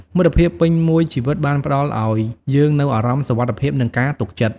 មិត្តភាពពេញមួយជីវិតបានផ្តល់ឲ្យយើងនូវអារម្មណ៍សុវត្ថិភាព និងការទុកចិត្ត។